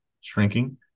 Shrinking